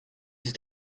ist